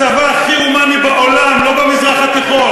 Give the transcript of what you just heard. הצבא הכי הומני בעולם, לא במזרח התיכון.